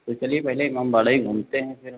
तो चलिए पहले इमामबाड़ा ही घूमते हैं फिर हम